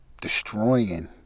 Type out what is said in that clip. destroying